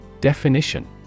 Definition